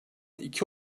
iki